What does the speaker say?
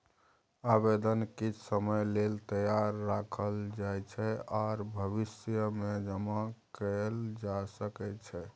आबेदन किछ समय लेल तैयार राखल जाइ छै आर भविष्यमे जमा कएल जा सकै छै